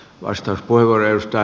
arvoisa puhemies